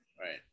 Right